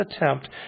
attempt